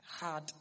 hard